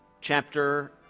chapter